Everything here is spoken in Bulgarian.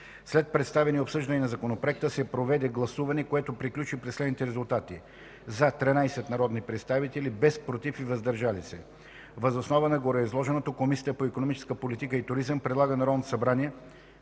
След представяне и обсъждане на законопроекта се проведе гласуване, което приключи при следните резултати: „за” – 13 народни представители, без „против” и „въздържали се”. Въз основа на гореизложеното Комисията по икономическа политика и туризъм предлага на Народното събрание